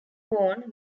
worn